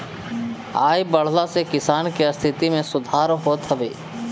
आय बढ़ला से किसान के स्थिति में सुधार होत हवे